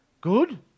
Good